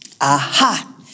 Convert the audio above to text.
Aha